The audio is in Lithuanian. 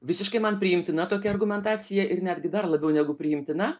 visiškai man priimtina tokia argumentacija ir netgi dar labiau negu priimtina